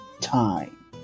time